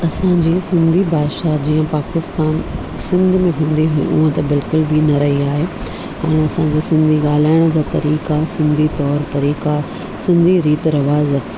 असांजी सिंधी भाषा जीअं पाकिस्तान सिंध में हूंदी हुई हूअं त बिल्कुल बि न रही आहे हाणे असांजे सिंधी ॻाल्हाइण जा तरीक़ा सिंधी तौरु तरीक़ा सिंधी रीति रिवाज़